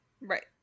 Right